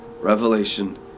Revelation